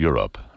Europe